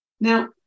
Now